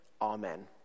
amen